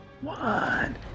One